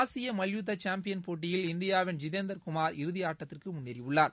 ஆசிய மல்யுத்த சாம்பியன் போட்டியில் இந்தியாவின் இதேந்தர் இறுதியாட்டத்திற்கு முன்னேறியுள்ளார்